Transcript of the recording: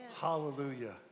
Hallelujah